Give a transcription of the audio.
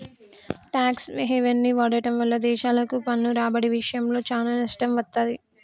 tax హెవెన్ని వాడటం వల్ల దేశాలకు పన్ను రాబడి ఇషయంలో చానా నష్టం వత్తది